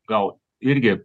gal irgi